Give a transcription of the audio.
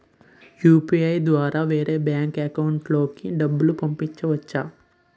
UPI ద్వారా వేరే bank account లోకి డబ్బులు పంపించవచ్చా?